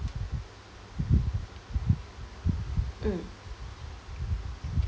mm